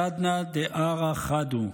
סדנא דארעא חד הוא,